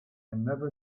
never